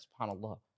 subhanAllah